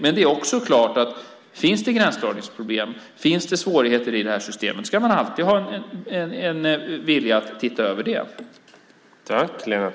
Men om det finns gränsdragningsproblem och svårigheter i systemet ska man alltid ha en vilja att titta över det.